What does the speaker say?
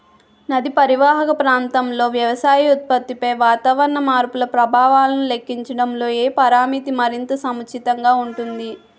నదీ పరీవాహక ప్రాంతంలో వ్యవసాయ ఉత్పత్తిపై వాతావరణ మార్పుల ప్రభావాలను లెక్కించడంలో ఏ పరామితి మరింత సముచితంగా ఉంటుంది?